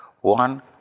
One